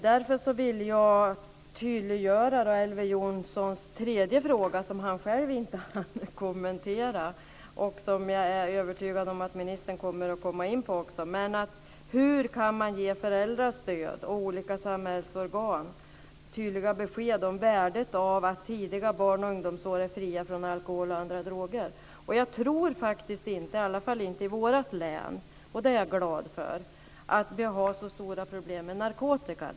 Därför vill jag tydliggöra Elver Jonssons tredje fråga, som han själv inte hann kommentera och som jag är övertygad om att ministern kommer att komma in på. Hur kan man ge föräldrar stöd och olika samhällsorgan tydliga besked om värdet av att tidiga barn och ungdomsår är fria från alkohol och andra droger? Jag tror faktiskt inte att vi har så stora problem med narkotika - i alla fall inte i vårt län - och det är jag glad för.